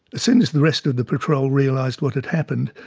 soon as the rest of the patrol realised what had happened,